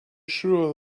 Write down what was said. sure